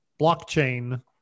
blockchain